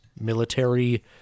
military